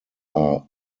are